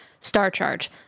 StarCharge